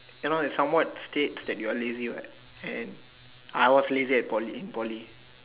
ya lah that somewhat state that you are lazy what and I was lazy at Poly in Poly